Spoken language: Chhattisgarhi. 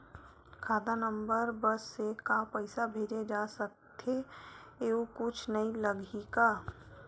खाता नंबर बस से का पईसा भेजे जा सकथे एयू कुछ नई लगही का?